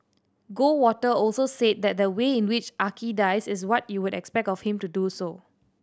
Goldwater also said that the way in which Archie dies is what you would expect of him to do so